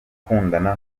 gukundana